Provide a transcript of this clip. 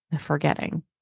forgetting